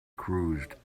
cruised